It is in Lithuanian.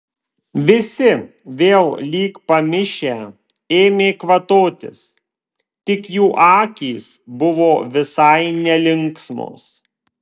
visi vėl lyg pamišę ėmė kvatotis tik jų akys buvo visai nelinksmos